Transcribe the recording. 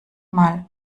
mal